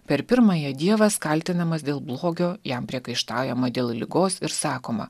per pirmąją dievas kaltinamas dėl blogio jam priekaištaujama dėl ligos ir sakoma